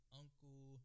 uncle